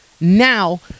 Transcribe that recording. now